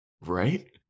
Right